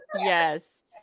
Yes